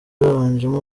babanjemo